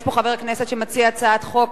יש פה חבר כנסת שמציע הצעת חוק,